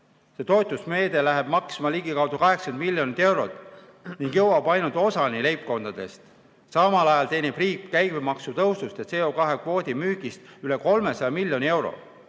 See toetusmeede läheb maksma ligikaudu 80 miljonit eurot ning jõuab ainult osani leibkondadest. Samal ajal teenib riik käibemaksu tõusust ja CO2kvoodi müügist üle 300 miljoni euro.